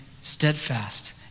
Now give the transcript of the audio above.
steadfast